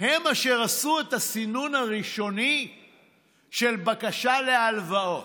הן אשר עשו את הסינון הראשוני של בקשה להלוואות,